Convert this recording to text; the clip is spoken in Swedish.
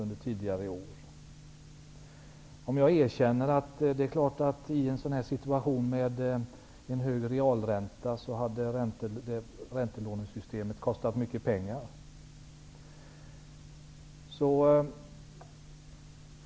Jag kan också erkänna att räntelånesystemet, i en situation med en så hög realränta som vi nu har, hade kostat mycket pengar.